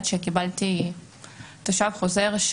עד שקיבלתי תושב חוזר.